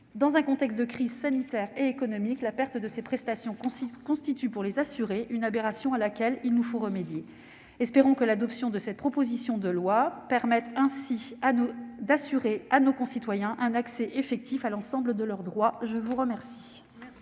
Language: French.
Dans un contexte de crise sanitaire et économique, la perte de ces prestations constitue, pour les assurés, une aberration à laquelle il nous faut remédier. Espérons que l'adoption de cette proposition de loi permettra d'assurer à nos concitoyens un accès effectif à l'ensemble de leurs droits. La parole